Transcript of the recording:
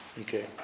Okay